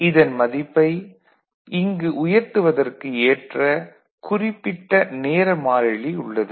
இதன் மதிப்பை இங்கு உயர்த்துவதற்கு ஏற்ற குறிப்பிட்ட நேர மாறிலி உள்ளது